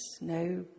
no